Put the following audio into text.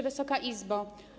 Wysoka Izbo!